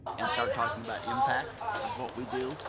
and start talking about impact of what we do